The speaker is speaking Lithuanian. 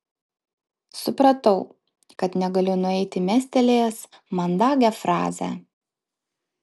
supratau kad negaliu nueiti mestelėjęs mandagią frazę